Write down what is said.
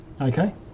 Okay